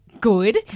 good